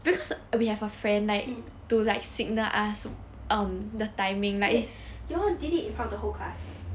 mm wait y'all did it in front of the whole class